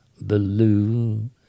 blue